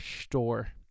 store